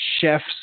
chefs